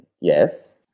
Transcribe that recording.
Yes